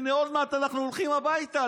הינה, עוד מעט אנחנו הולכים הביתה.